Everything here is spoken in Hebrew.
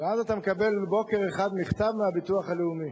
ואז אתה מקבל בוקר אחד מכתב מהביטוח הלאומי